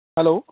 hello